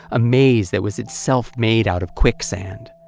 a maze that was itself made out of quicksand.